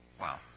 Wow